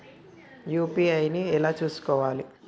UPI ను ఎలా చేస్కోవాలి?